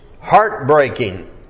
heartbreaking